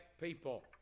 people